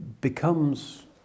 becomes